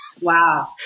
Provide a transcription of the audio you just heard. Wow